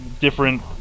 Different